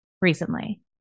recently